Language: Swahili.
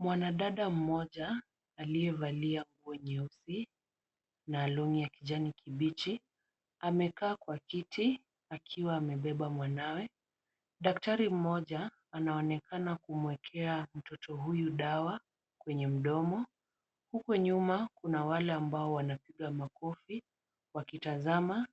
Mwanadada mmoja aliyevalia nguo nyeusi na long'i ya kijani kibichi. Amekaa kwa kiti akiwa amebeba mwanawe. Daktari mmoja anaonekana kumwekea mtoto huyu dawa kwenye mdomo. Huko nyuma, kuna wale ambao wanapiga makofi, wakitazama